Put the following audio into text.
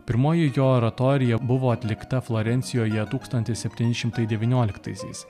pirmoji jo oratorija buvo atlikta florencijoje tūkstantis septyni šimtai devynioliktaisiais